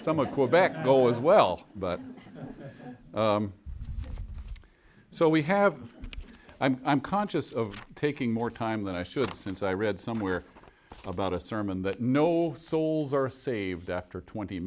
some of quebec go as well but so we have i'm conscious of taking more time than i should since i read somewhere about a sermon that no souls are saved after twenty